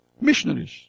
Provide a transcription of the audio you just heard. Missionaries